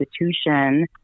institution